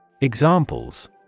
Examples